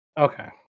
Okay